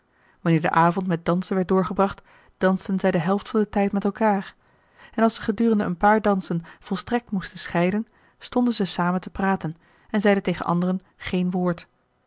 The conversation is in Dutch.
wanneer de avond met dansen werd doorgebracht dansten zij de helft van den tijd met elkaar en als ze gedurende een paar dansen volstrekt moesten scheiden stonden ze samen te praten en zeiden tegen anderen geen woord